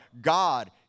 God